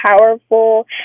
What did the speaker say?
powerful